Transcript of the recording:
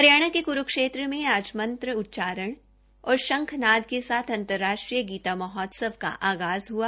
हरियाणा के कुरूक्षेत्र में आज मंत्र उच्चारण और शंखनाद के साथ अंतर्राष्ट्रीय गीता महोत्सव का आगाज़ हआ